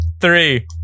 Three